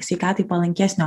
sveikatai palankesnio